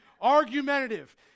argumentative